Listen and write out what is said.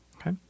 Okay